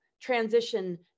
transition